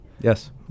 Yes